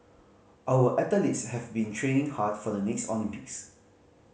our athletes have been training hard for the next Olympics